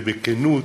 ובכנות,